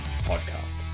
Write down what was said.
Podcast